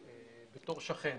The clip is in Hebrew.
בתור שכן,